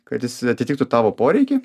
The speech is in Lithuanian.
kad jis atitiktų tavo poreikį